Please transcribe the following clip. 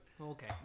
Okay